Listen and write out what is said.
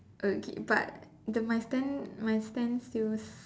okay but the my stand my stand still